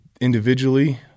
individually